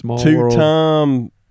two-time